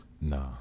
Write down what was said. Nah